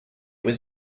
was